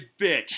bitch